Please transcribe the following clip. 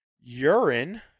Urine